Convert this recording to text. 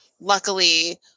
Luckily